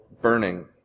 burning